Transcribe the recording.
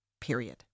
period